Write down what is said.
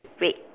red